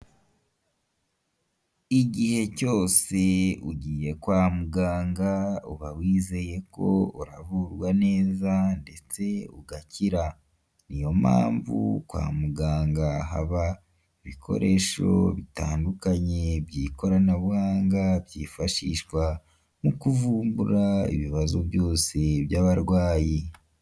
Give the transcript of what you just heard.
Igihe cyose ugiye kwa muganga uba wizeye ko uravurwa neza ndetse ugakira, niyo mpamvu kwa muganga haba ibikoresho bitandukanye by'ikoranabuhanga byifashishwa mu kuvumbura ibibazo byose by'abarwayi.